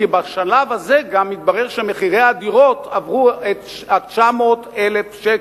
כי בשלב הזה גם מתברר שמחירי הדירות עברו את ה-900,000 שקל.